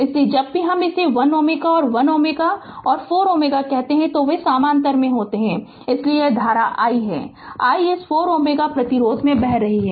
इसलिए जब भी हम इसे 1 Ω और 1 Ω और 4 Ω कहते हैं तो वे समानांतर में होते हैं लेकिन यह I धारा I इस 4 Ω प्रतिरोध से बह रही है